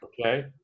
Okay